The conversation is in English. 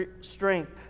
strength